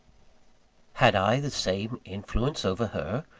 had i the same influence over her?